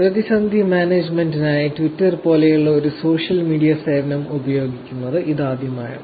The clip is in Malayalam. പ്രതിസന്ധി മാനേജ്മെൻറിനായി ട്വിറ്റർ പോലുള്ള ഒരു സോഷ്യൽ മീഡിയ സേവനം ഉപയോഗിക്കുന്നത് ഇതാദ്യമാണ്